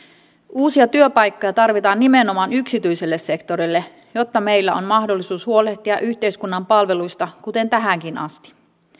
uusia työpaikkoja tarvitaan nimenomaan yksityiselle sektorille jotta meillä on mahdollisuus huolehtia yhteiskunnan palveluista kuten tähänkin asti